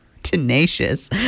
tenacious